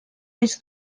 des